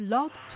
Love